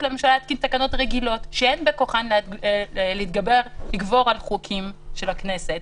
לממשלה להתקין תקנות רגילות שאין בכוחן לגבור על חוקים של הכנסת